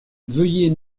veuillez